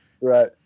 Right